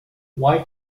why